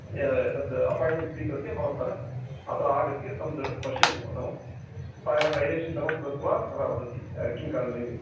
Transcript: तद् अपायण्टमेण्ट् स्वीकृत्य भवन्तः अत्र आगत्य तं द पश्यन्तु प्रथमं प्रायः डैलेशन् सर्वं कृत्वा सः वदति किं करणीयम् इति